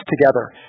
together